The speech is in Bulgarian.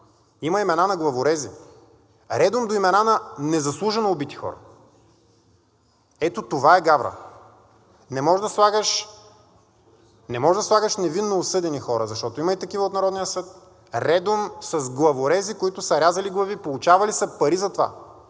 има имена на главорези редом до имена на незаслужено убити хора. Ето това е гавра. Не може да слагаш невинно осъдени хора, защото има и такива от Народния съд, редом с главорези, които са рязали глави, получавали са пари за това.